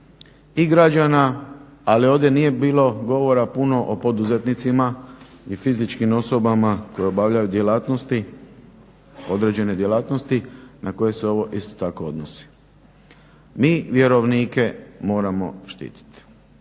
i građana ali ovdje nije bilo govora puno o poduzetnicima i fizičkim osobama koje obavljaju djelatnosti određene djelatnosti na koje se ovo isto tako odnosi. Mi vjerovnike moramo štitit